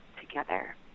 together